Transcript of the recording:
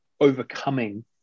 overcoming